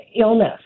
illness